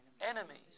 enemies